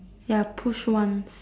ya push once